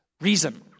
reason